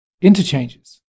interchanges